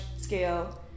scale